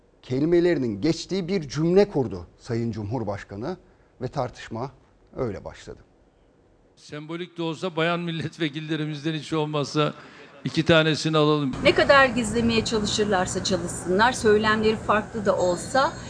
kelimelerinin geçtiği bir cümle kurdu Sayın Cumhurbaşkanı ve tartışma öyle başladı. Sembolik de olsa bayan milletvekillerimizden hiç olmazsa iki tanesini alalım. Ne kadar gizlemeye çalışırlarsa çalışsınlar, söylemleri farklı da olsa